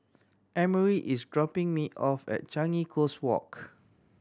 Emery is dropping me off at Changi Coast Walk